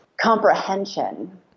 comprehension